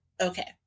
Okay